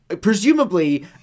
Presumably